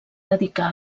dedicar